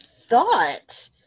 thought